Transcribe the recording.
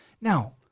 Now